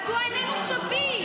מדוע איננו שווים?